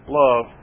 love